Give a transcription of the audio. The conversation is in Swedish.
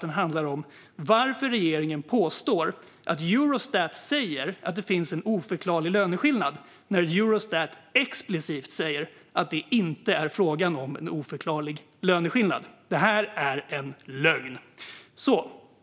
Den handlar om varför regeringen påstår att Eurostat säger att det finns en oförklarlig löneskillnad när man explicit säger att det inte är fråga om en oförklarlig löneskillnad. Det är en lögn.